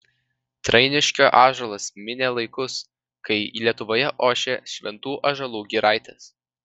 trainiškio ąžuolas minė laikus kai lietuvoje ošė šventų ąžuolų giraitės